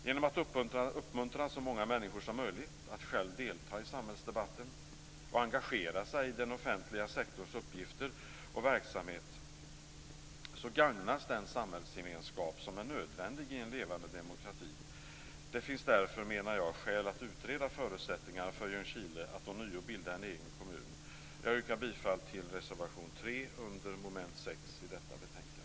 Genom att uppmuntra så många människor som möjligt att själva delta i samhällsdebatten och engagera sig i den offentliga sektorns uppgifter och verksamhet gagnas den samhällsgemenskap som är nödvändig i en levande demokrati. Det finns därför, menar jag, skäl att utreda förutsättningarna för Ljungskile att ånyo bilda en egen kommun. Jag yrkar bifall till reservation 3 under mom. 6 i detta betänkande.